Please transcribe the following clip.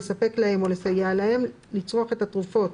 לספק להם או לסייע להם לצרוך את התרופות,